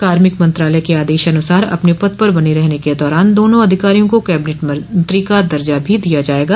कार्मिक मंत्रालय के आदेशानुसार अपने पद पर बने रहने के दौरान दोनों अधिकारियों को कैबिनेट मंत्री का दर्जा भी दिया जाएगा